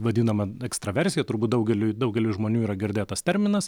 vadinama ekstraversija turbūt daugeliui daugeliui žmonių yra girdėtas terminas